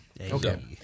Okay